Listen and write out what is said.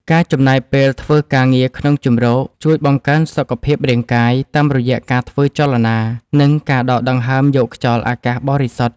ការចំណាយពេលធ្វើការងារក្នុងជម្រកជួយបង្កើនសុខភាពរាងកាយ តាមរយៈការធ្វើចលនា និងការដកដង្ហើមយកខ្យល់អាកាសបរិសុទ្ធ។